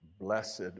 Blessed